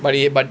but he but